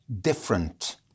different